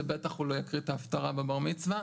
זה בטח הוא לא יקריא את ההפטרה בבר מצווה,